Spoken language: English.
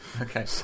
okay